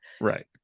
Right